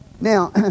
Now